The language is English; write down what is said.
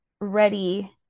ready